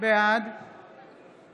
בעד